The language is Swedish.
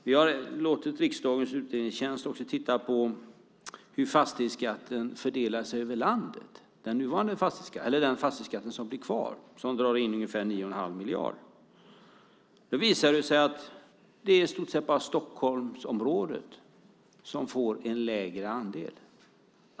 Vi har låtit riksdagens utredningstjänst titta på hur den fastighetsskatt som blir kvar och som drar in ungefär 9 1⁄2 miljard fördelar sig över landet. Det visar sig att det är i stort sett bara Stockholmsområdet som får en lägre andel.